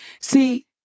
See